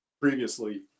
previously